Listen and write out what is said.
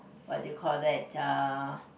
what do you call that err